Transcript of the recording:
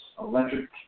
electric